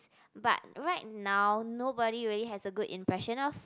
but right now nobody really has a good impression of